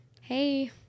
hey